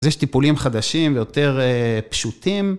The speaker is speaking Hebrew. אז יש טיפולים חדשים ויותר פשוטים.